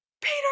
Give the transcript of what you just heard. Peter